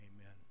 amen